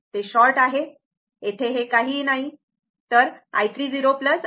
ते शॉर्ट आहे येथे काहीही नाही ते शॉर्ट आहे